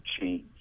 change